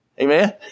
Amen